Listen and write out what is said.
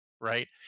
right